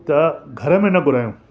त घर में न घुरायूं